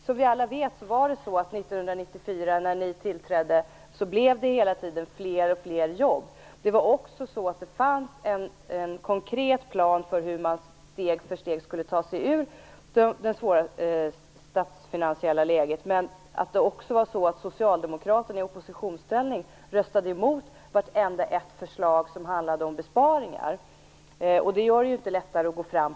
Som vi alla vet var det så 1994 när ni tillträdde blev det hela tiden fler och fler jobb. Det var också så att det fanns en konkret plan för hur man steg för steg skulle ta sig ur det svåra statsfinansiella läget. Det var vidare så att Socialdemokraterna i oppositionsställning röstade mot vartenda föreslag som handlade om besparingar. Det gör det inte lättare att gå fram.